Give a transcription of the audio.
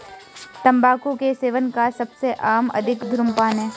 तम्बाकू के सेवन का सबसे आम तरीका धूम्रपान है